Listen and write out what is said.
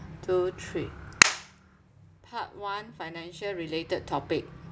two three part one financial related topic